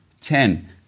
ten